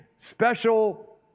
special